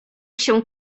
się